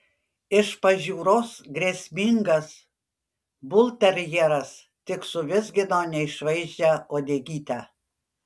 iš pažiūros grėsmingas bulterjeras tik suvizgino neišvaizdžią uodegytę